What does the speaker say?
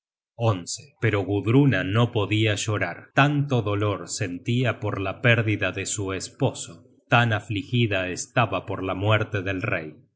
sobrevivido pero gudruna no podia llorar tanto dolor sentia por la pérdida de su esposo tan afligida estaba por la muerte del rey que